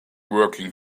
working